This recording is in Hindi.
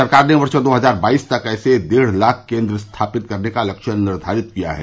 सरकार ने वर्ष दो हजार बाईस तक ऐसे डेढ़ लाख केन्द्र स्थापित करने का लक्ष्य निर्घारित किया है